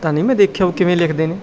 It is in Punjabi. ਤਾਂ ਨਹੀਂ ਮੈਂ ਦੇਖਿਆ ਉਹ ਕਿਵੇਂ ਲਿਖਦੇ ਨੇ